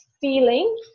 feeling